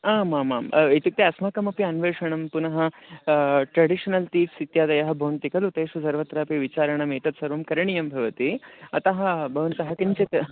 आमामां इत्युक्ते अस्माकमपि अन्वेषणं पुनः ट्रेडिशनल् थीव्स् इत्यादयः भवन्ति खलु तेषु सर्वत्रापि विचारणमेतत्सर्वं करणीयं भवति अतः भवन्तः किञ्चित्